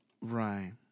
Right